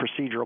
procedural